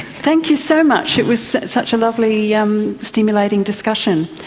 thank you so much, it was such a lovely yeah um stimulating discussion.